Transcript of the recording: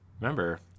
Remember